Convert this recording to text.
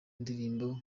ndirimbo